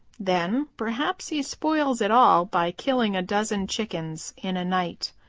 then perhaps he spoils it all by killing a dozen chickens in a night.